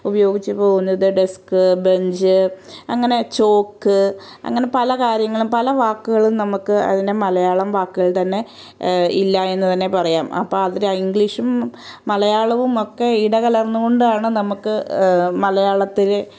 ഉപയോഗിച്ചുപോവുന്നത് desk bench അങ്ങനെ chalk അങ്ങനെ പല കാര്യങ്ങളും പല വാക്കുകളും നമുക്ക് അതിന് മലയാളം വാക്കുകൾ തന്നെ ഇല്ല എന്ന്തന്നെ പറയാം അപ്പം അത് ഇംഗ്ലീഷും മലയാളവും ഒക്കെ ഇടകലർന്നു കൊണ്ടാണ് നമുക്ക് മലയാളത്തിൽ